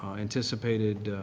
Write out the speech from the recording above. ah anticipated